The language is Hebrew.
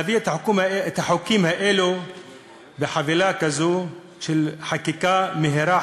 להביא את החוקים האלו בחבילה כזו של חקיקה מהירה,